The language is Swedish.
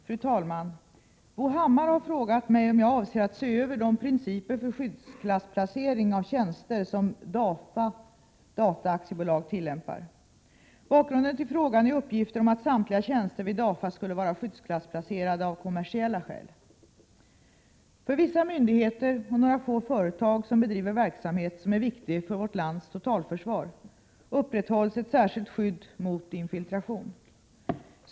Fru talman! Bo Hammar har frågat mig om jag avser att se över de principer för skyddsklassplacering av tjänster som DAFA DATA AB tillämpar. Bakgrunden till frågan är uppgifter om att samtliga tjänster vid DAFA skulle vara skyddsklassplacerade av kommersiella skäl. För vissa myndigheter och några få företag som bedriver verksamhet som är viktig för vårt lands totalförsvar upprätthålls ett särskilt skydd mot infiltration.